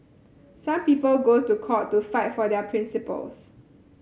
some people go to court to fight for their principles